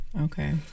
Okay